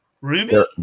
Ruby